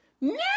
No